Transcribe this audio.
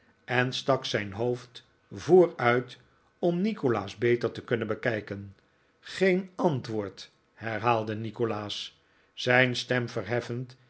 en stak zijn hoofd vooruit om nikolaas beter te kunnen bekijken geen antwoord herhaalde nikolaas zijn stem verheffend